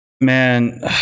man